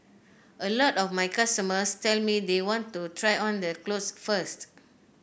a lot of my customers tell me they want to try on the clothes first